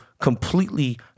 completely